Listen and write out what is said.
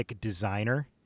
designer